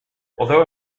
although